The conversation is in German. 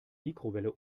mikrowelle